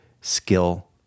skill